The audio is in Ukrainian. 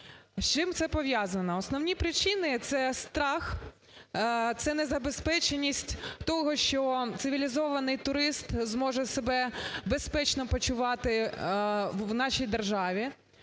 З чим це пов'язано? Основні причини – це страх, це незабезпеченість того, що цивілізований турист зможе себе безпечно почувати в нашій державі.